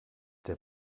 der